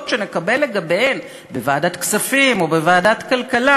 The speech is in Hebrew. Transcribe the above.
שנקבל לגביהן בוועדת הכספים או בוועדת הכלכלה,